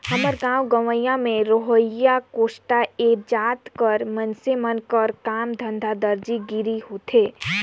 हमर गाँव गंवई में रहोइया कोस्टा जाएत कर मइनसे मन कर काम धंधा दरजी गिरी होथे